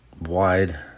wide